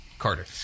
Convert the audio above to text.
Carter